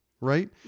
right